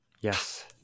Yes